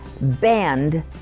banned